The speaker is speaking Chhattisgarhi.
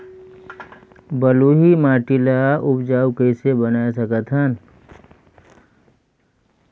बलुही माटी ल उपजाऊ कइसे बनाय सकत हन?